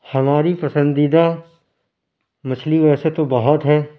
ہماری پسندیدہ مچھلی ویسے تو بہت ہیں